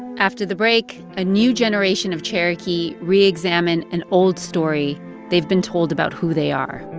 after the break, a new generation of cherokee re-examine an old story they've been told about who they are